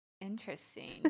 Interesting